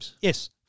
Yes